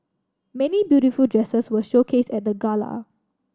many beautiful dresses were showcase at the Gala